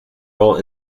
role